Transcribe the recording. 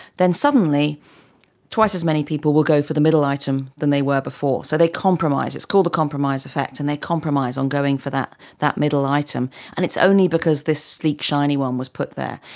then suddenly twice as many people will go for the middle item than they were before, so they compromise. it's called the compromise effect, and they compromise by um going for that that middle item, and it's only because this sleek shiny one was put there.